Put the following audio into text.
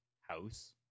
house